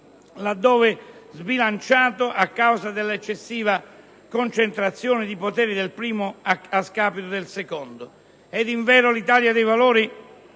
là dove sbilanciato a causa della eccessiva concentrazione di poteri del primo a scapito del secondo. L'Italia dei Valori